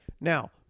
Now